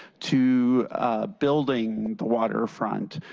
to building the waterfront.